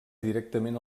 directament